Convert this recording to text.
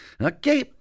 okay